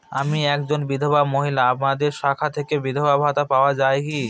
আমি একজন বিধবা মহিলা আপনাদের শাখা থেকে বিধবা ভাতা পাওয়া যায় কি?